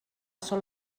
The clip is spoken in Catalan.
són